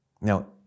Now